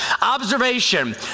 Observation